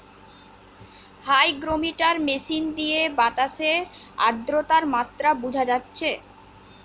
hygrometer machine দিয়ে বাতাসের আদ্রতার মাত্রা বুঝা যাচ্ছে